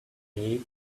snake